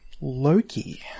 loki